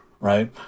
right